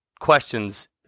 questions